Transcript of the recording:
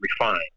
refined